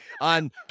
on